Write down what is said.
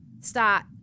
start